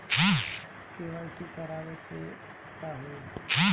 KYC करावे के होई का?